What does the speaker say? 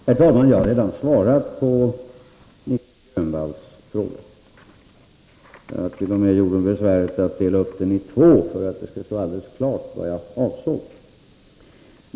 Herr talman! Jag har redan svarat på Nic Grönvalls fråga. Jag hart.o.m. gjort mig besväret att dela upp den i två frågor, för att det skall stå helt klart vad jag avser.